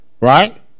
Right